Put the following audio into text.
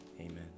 amen